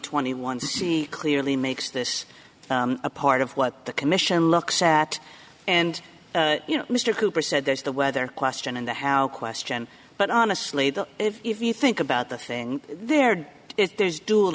twenty one c clearly makes this a part of what the commission looks at and you know mr cooper said there's the weather question and the how question but honestly the if you think about the thing there is there's dual